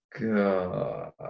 God